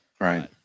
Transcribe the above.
right